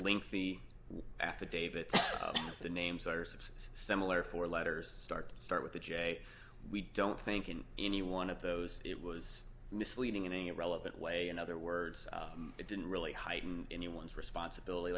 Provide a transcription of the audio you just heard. lengthy affidavit the names are six similar four letters start start with a j we don't think in any one of those it was misleading in a relevant way in other words it didn't really heighten anyone's responsibility